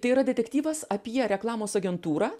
tai yra detektyvas apie reklamos agentūrą